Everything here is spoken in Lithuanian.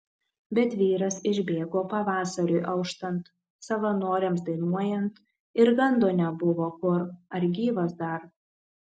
bet vyras išbėgo pavasariui auštant savanoriams dainuojant ir gando nebuvo kur ar gyvas dar